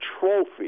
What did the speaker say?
trophy